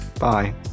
Bye